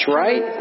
right